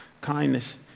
kindness